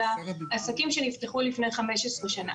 אלא עסקים שנפתחו לפני 15 שנה.